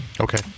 okay